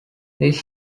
this